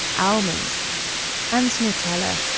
almonds and nutella,